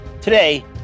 today